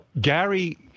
Gary